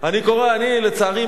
לצערי,